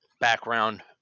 background